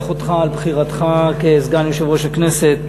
על בחירתך לסגן יושב-ראש הכנסת.